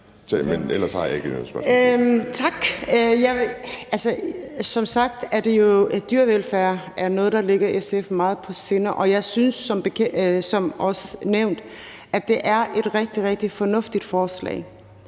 som sagt er dyrevelfærd jo noget, der ligger SF meget på sinde, og jeg synes, som det også er nævnt, at det er et rigtig, rigtig fornuftigt forslag.